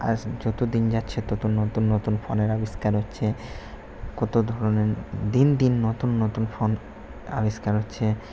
আ যত দিন যাচ্ছে তত নতুন নতুন ফোনের আবিষ্কার হচ্ছে কত ধরনের দিন দিন নতুন নতুন ফোন আবিষ্কার হচ্ছে